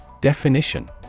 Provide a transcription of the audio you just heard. Definition